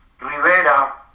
Rivera